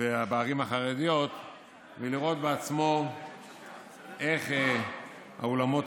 בערים החרדיות ולראות בעצמו איך האולמות